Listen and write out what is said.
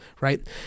Right